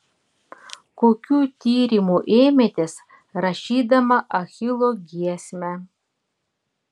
kokių tyrimų ėmėtės rašydama achilo giesmę